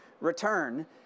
return